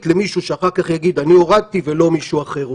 למישהו שאחר כך יגיד: אני הורדתי ולא מישהו אחר,